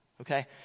Okay